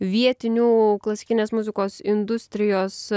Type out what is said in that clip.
vietinių klasikinės muzikos industrijos